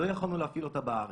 לא יכולנו להפעיל אותה בארץ.